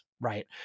right